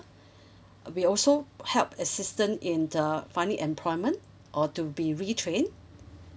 uh we also help assistant in the finding employment or to be retrain